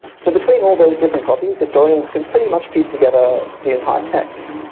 so between all those different copies historians can pretty much piece together the entire text.